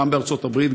גם בארצות הברית,